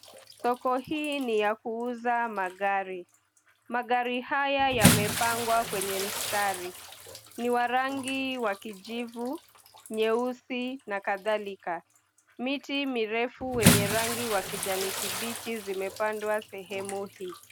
Soko hii ni ya kuuza magari. Magari haya yamepangwa kwenye mistari. Ni wa rangi wa kijivu, nyeusi na kadhalika. Miti mirefu wenye rangi ya kijani kibichi zimepandwa sehemu hii.